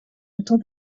until